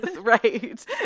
right